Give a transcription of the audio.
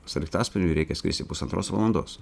sraigtasparniui reikia skristi pusantros valandos